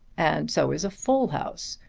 and so is a full house.